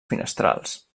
finestrals